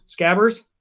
Scabbers